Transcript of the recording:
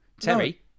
Terry